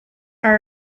are